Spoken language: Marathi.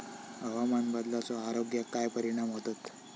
हवामान बदलाचो आरोग्याक काय परिणाम होतत?